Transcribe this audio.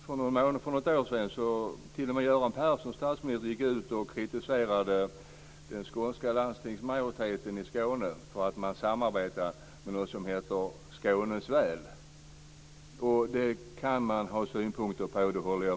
För något år sedan gick t.o.m. Göran Persson ut och kritiserade den skånska landstingsmajoriteten i Skåne för att man samarbetade med något som heter Skånes väl. Jag håller med om att man kan ha synpunkter på det.